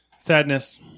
Sadness